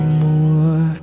more